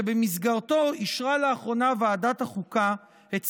שבמסגרתו אישרה לאחרונה ועדת החוקה את